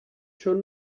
schon